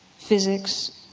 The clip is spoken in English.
physics,